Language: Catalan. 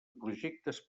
projectes